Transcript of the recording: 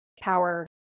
power